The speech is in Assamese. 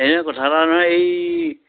এনেই কথা এটা নহয় এই